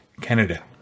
Canada